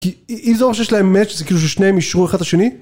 כי אם זה אומר שיש להם מאצ׳ זה כאילו ששני הם אישרו אחד את השני